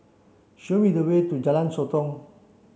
show me the way to Jalan Sotong